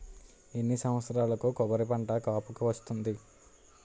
ఎన్ని సంవత్సరాలకు కొబ్బరి పంట కాపుకి వస్తుంది?